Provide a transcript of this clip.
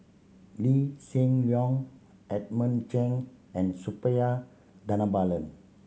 Lee Hsien Loong Edmund Chen and Suppiah Dhanabalan